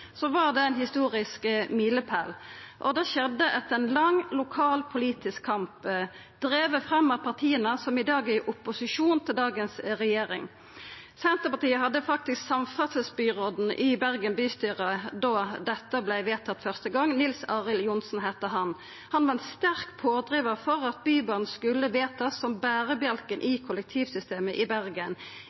var det ein historisk milepåle. Det skjedde etter ein lang lokal politisk kamp, driven fram av partia som er i opposisjon til dagens regjering. Senterpartiet hadde faktisk samferdselsbyråden i Bergen bystyre da dette vart vedtatt første gong, Nils Arild Johnsen heitte han. Han var sterk pådrivar for at Bybanen skulle vedtakast som berebjelken i kollektivsystemet i Bergen.